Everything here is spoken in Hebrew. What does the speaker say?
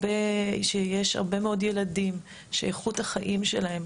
יש הרבה מאוד ילדים שאיכות החיים שלהם,